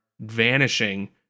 vanishing